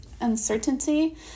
uncertainty